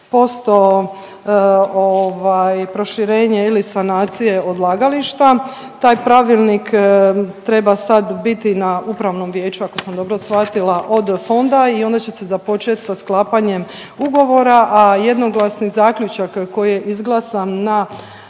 90% proširenje je li sanacije odlagališta. Taj pravilnik treba sad biti na upravnom vijeću ako sam dobro shvatila OD fonda i onda će se započeti sa sklapanjem ugovora, a jednoglasni zaključak koji je izglasan na